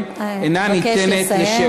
אל מול עלותה השולית אינה ניתנת לשיעור.